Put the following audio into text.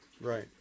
Right